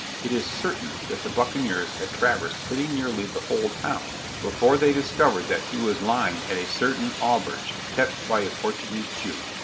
it is certain that the buccaneers had traversed pretty nearly the whole town before they discovered that he was lying at a certain auberge kept by a portuguese jew.